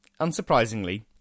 Unsurprisingly